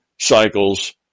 cycles